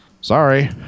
sorry